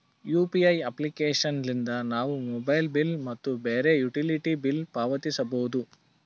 UPI application ಲಿದ್ದ ನಾವು mobile bill ಮತ್ತು ಬ್ಯಾರೆ ಯುಟಿಲಿಟಿ ಬಿಲ್ ಪಾವತಿಸಬೋದು